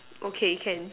okay can